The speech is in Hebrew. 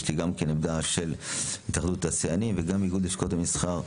יש לי גם כן עמדה של התאחדות התעשיינים וגם איגוד לשכות המסחר.